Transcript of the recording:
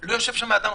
לא יושב שם אדם חרדי.